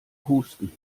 husten